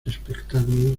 espectáculos